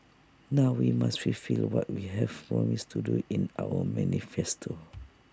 now we must fulfil what we have promised to do in our manifesto